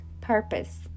purpose